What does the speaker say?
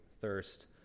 thirst